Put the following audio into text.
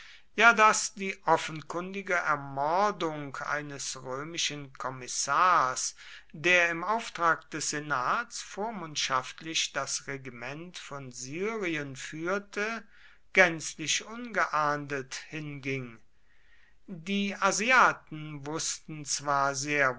ja daß die offenkundige ermordung eines römischen kommissars der im auftrag des senats vormundschaftlich das regiment von syrien führte gänzlich ungeahndet hinging die asiaten wußten zwar